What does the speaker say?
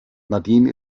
nadine